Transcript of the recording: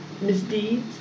misdeeds